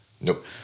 nope